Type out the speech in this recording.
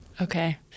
Okay